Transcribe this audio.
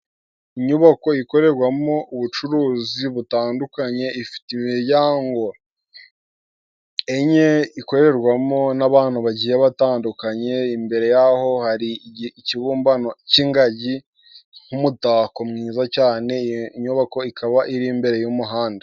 Inyubako ikorerwamo ubucuruzi butandukanye. Ifite imiryago ine ikorerwamo n'abantu bagiye batandukanye. Imbere yaho hari ikibumbano cy'ingagi, nk'umutako mwiza cyane. Iyo nyubako ikaba iri imbere y'umuhanda.